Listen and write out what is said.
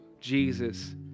Jesus